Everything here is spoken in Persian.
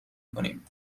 کنیم